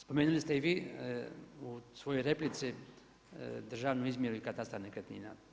Spomenuli ste i vi u svojoj replici državnu izmjeru i katastar nekretnina.